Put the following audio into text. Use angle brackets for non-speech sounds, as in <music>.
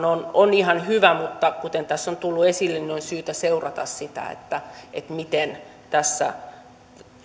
<unintelligible> on on ihan hyvä mutta kuten tässä on tullut esille on syytä seurata sitä miten